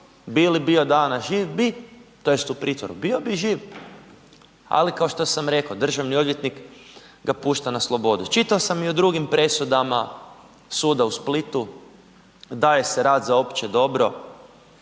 bili bio danas živ, bi, tj. u pritvoru, bio bi živ, ali kao što sam rekao državni odvjetnik ga pušta na slobodu. Čitao sam i u drugim presudama suda u Splitu, daje se rad za opće dobro,